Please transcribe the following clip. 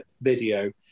video